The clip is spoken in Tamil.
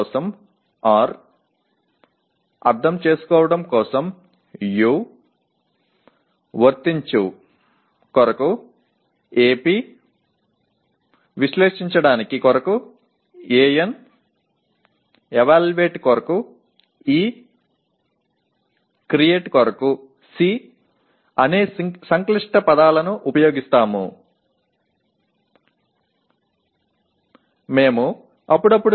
நாம் R என்றால் நினைவில் கொள்ள U என்றால் புரிந்துகொள்ள AP என்றால் விண்ணப்பிக்க AN என்றால் பகுப்பாய்வு செய்ய E என்றால் மதிப்பீடு C என்றால் உருவாக்க என்றும் பயன்படுத்த வேண்டும்